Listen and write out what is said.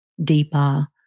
deeper